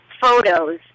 photos